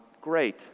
Great